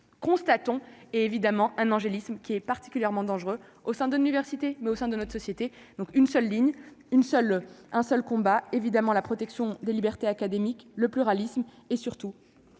constatons, et évidemment un angélisme qui est particulièrement dangereux au sein de diversité mais au sein de notre société, donc une seule ligne, une seule, un seul combat évidemment la protection des libertés académiques le pluralisme et surtout